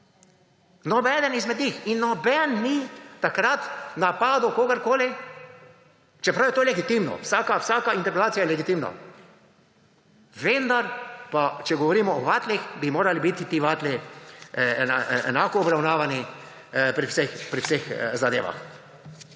Nobeden izmed njih. In noben ni takrat napadel kogarkoli, čeprav je to legitimno. Vsaka interpelacija je legitimna. Vendar pa če govorimo o vatlih, bi morali biti ti vatli enako obravnavani pri vseh zadevah.